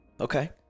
Okay